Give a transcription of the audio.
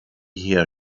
hier